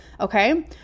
Okay